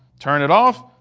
turn it off.